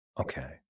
Okay